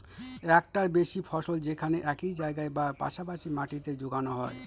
একটার বেশি ফসল যেখানে একই জায়গায় বা পাশা পাশি মাটিতে যোগানো হয়